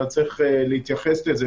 אבל צריך להתייחס לזה.